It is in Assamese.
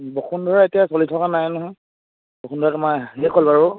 বসুন্ধৰা এতিয়া চলি থকা নাই নহয় বসুন্ধৰা তোমাৰ শেষ হ'ল বাৰু